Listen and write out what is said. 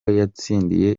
yatsindiye